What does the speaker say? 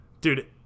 Dude